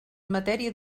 matèria